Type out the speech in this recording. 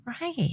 Right